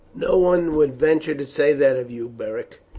no one would venture to say that of you, beric.